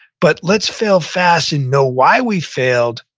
but let's fail fast and know why we failed,